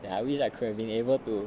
then I wish I could have been able to